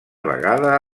vegada